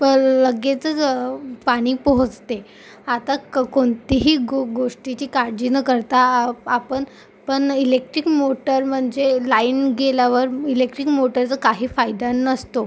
पर लगेचच पाणी पोहोचते आता क कोणत्याही गो गोष्टीची काळजी न करता आ आपण पण इलेक्ट्रिक मोटर म्हणजे लाईन गेल्यावर इलेक्ट्रिक मोटरचा काही फायदा नसतो